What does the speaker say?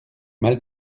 mal